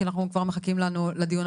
כי כבר מחכים לנו לדיון הבא.